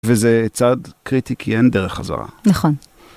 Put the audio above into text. וזה צעד קריטי כי אין דרך חזרה. נכון.